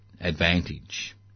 advantage